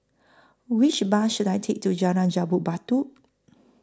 Which Bus should I Take to Jalan Jambu Batu